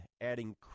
adding